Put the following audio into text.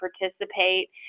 participate